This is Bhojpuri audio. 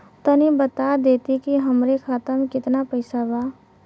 तनि बता देती की हमरे खाता में कितना पैसा बा?